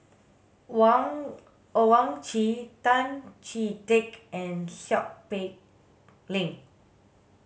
Wang Owyang Chi Tan Chee Teck and Seow Peck Leng